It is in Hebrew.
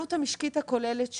בעלות המשקית הכוללת שלו,